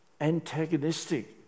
antagonistic